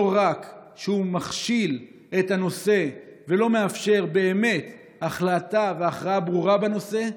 הוא לא רק מכשיל את הנושא ולא מאפשר באמת החלטה והכרעה ברורה בנושא,